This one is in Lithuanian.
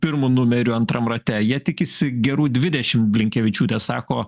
pirmu numeriu antram rate jie tikisi gerų dvidešimt blinkevičiūtė sako